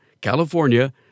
California